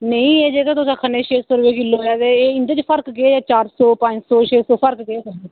नेईं एह् जेह्का तुस आक्खै नै छे सौ रपेआ किल्लो ते एह् इं'दे च फर्क केह् ऐ चार सौ पंज सौ छे सौ केह् फर्क ऐ